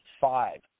five